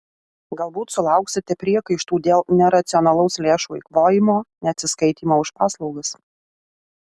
galbūt sulauksite priekaištų dėl neracionalaus lėšų eikvojimo neatsiskaitymo už paslaugas